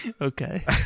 Okay